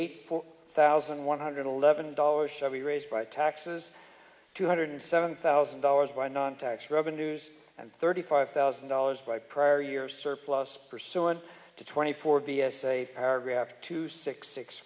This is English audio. eight four thousand one hundred eleven dollars shall be raised by taxes two hundred seven thousand dollars by non tax revenues and thirty five thousand dollars by prior year surplus pursuant to twenty four b s a paragraph two six six